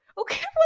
Okay